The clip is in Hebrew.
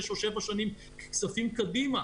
שש או שבע שנים כספים קדימה.